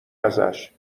ازشاب